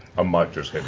might just